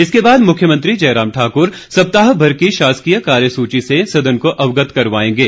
इसके बाद मुख्यमंत्री जयरा म ठाकुर सप्ताह भर की शासकीय कार्यसूची से सदन को अवगत करवाएंगे